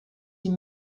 sie